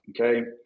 Okay